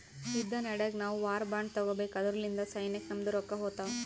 ಯುದ್ದ ನಡ್ಯಾಗ್ ನಾವು ವಾರ್ ಬಾಂಡ್ ತಗೋಬೇಕು ಅದುರ್ಲಿಂದ ಸೈನ್ಯಕ್ ನಮ್ದು ರೊಕ್ಕಾ ಹೋತ್ತಾವ್